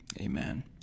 Amen